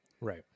Right